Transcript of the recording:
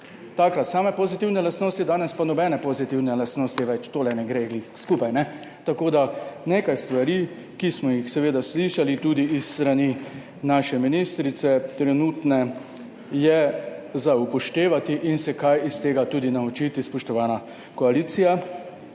takrat same pozitivne lastnosti, danes pa nobene pozitivne lastnosti več. Tole ne gre skupaj. Tako, da nekaj stvari, ki smo jih seveda slišali tudi s strani naše ministrice trenutne, je za upoštevati in se kaj iz tega tudi naučiti, spoštovana koalicija.